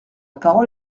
parole